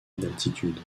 d’altitude